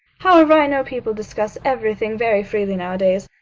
however, i know people discuss everything very freely nowadays.